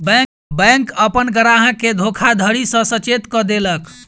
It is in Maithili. बैंक अपन ग्राहक के धोखाधड़ी सॅ सचेत कअ देलक